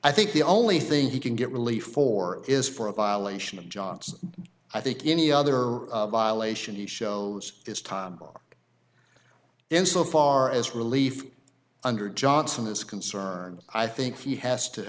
i think the only thing he can get relief for is for a violation of jock's i think any other violation he shows is time in so far as relief under johnson is concerned i think he has to